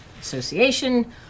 Association